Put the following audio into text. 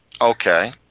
Okay